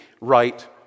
right